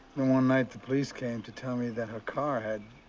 one night the police came to tell me that her car had.